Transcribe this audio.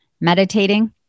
meditating